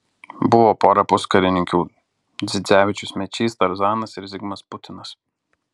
buvo pora puskarininkių dzidzevičius mečys tarzanas ir zigmas putinas